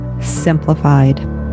Simplified